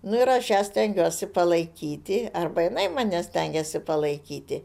nu ir aš ją stengiuosi palaikyti arba jinai mane stengiasi palaikyti